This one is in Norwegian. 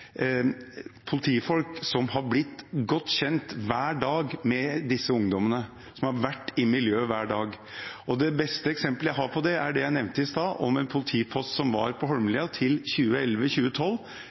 politifolk som har blitt godt kjent hver dag med disse ungdommene, som har vært i miljøet hver dag. Det beste eksempelet jeg har på det, er det jeg nevnte i sted om en politipost som var på